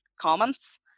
comments